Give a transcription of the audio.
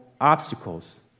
obstacles